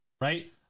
right